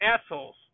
assholes